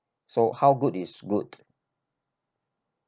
so how good is good